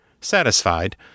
Satisfied